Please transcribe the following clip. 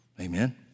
Amen